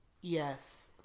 Yes